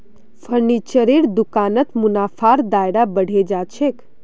फर्नीचरेर दुकानत मुनाफार दायरा बढ़े जा छेक